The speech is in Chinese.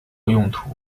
用途